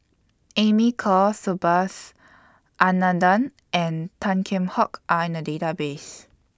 Amy Khor Subhas Anandan and Tan Kheam Hock Are in The Database